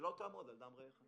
ש"לא תעמוד על דם רעך".